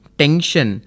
tension